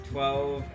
Twelve